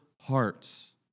hearts